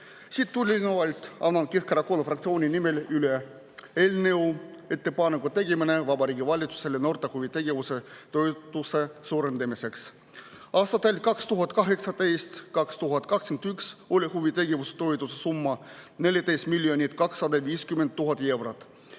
Sellest tulenevalt annan Keskerakonna fraktsiooni nimel üle eelnõu "Ettepaneku tegemine Vabariigi Valitsusele noorte huvitegevuse toetuse suurendamiseks". Aastatel 2018–2021 oli huvitegevuse toetuse summa 14 250 000 eurot,